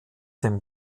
dem